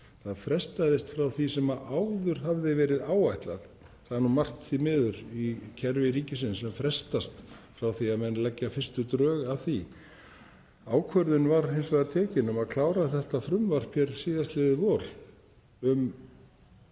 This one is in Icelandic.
Það frestaðist frá því sem áður hafði verið áætlað. Það er margt, því miður, í kerfi ríkisins sem frestast frá því að menn leggja fyrstu drög að því. Ákvörðun var hins vegar tekin um að klára þetta frumvarp síðastliðið vor, um